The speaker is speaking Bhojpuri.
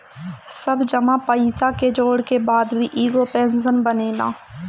सब जमा पईसा के जोड़ के बाद में एगो पेंशन बनेला